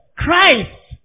Christ